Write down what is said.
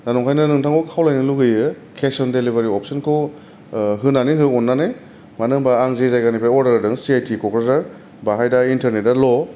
दा नंखायनो नोंथांखौ खावलायनो लुबैयो खेस अन दिलिभारि अफसनखौ होनानै हो अन्नानै मानो होनबा आं जि जायगानिफ्राय अरदार होदों सि आइ थि कक्राझार बिहाय दा इनथारनेथा ल'